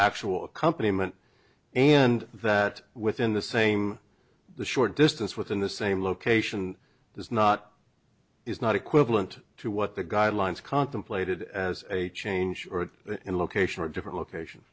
actual accompaniment and that within the same the short distance within the same location is not is not equivalent to what the guidelines contemplated as a change in location or different location